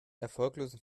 erfolglosen